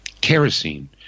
kerosene